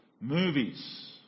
movies